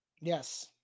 Yes